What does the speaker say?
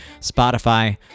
Spotify